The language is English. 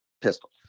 Pistol